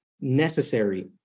necessary